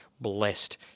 blessed